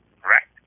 correct